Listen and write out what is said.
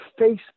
Facebook